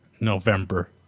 November